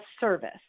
service